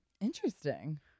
Interesting